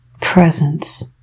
presence